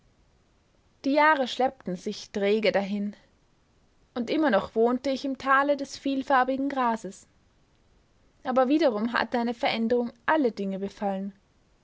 die jahre schleppten sich träge dahin und immer noch wohnte ich im tale des vielfarbigen grases aber wiederum hatte eine veränderung alle dinge befallen